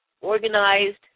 organized